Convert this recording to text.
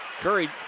Curry